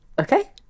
okay